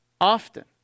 often